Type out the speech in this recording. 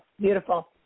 Beautiful